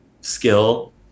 skill